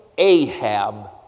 Ahab